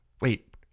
wait